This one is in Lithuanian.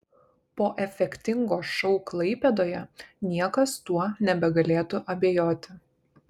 po efektingo šou klaipėdoje niekas tuo nebegalėtų abejoti